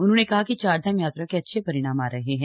उन्होंने कहा कि चारधाम यात्रा के अच्छे परिणाम आ रहे हैं